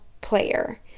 player